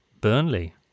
Burnley